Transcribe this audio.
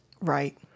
Right